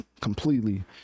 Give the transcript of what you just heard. completely